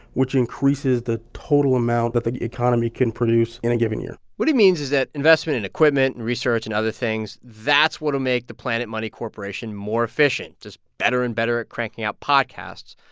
which increases the total amount that the economy can produce in a given year what he means is that investment in equipment, and research and other things that's what'll make the planet money corporation more efficient just better and better at cranking out podcasts.